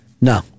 No